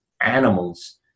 animals